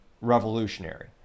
revolutionary